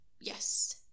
yes